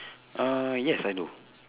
ah yes I do